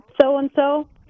so-and-so